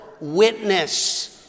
witness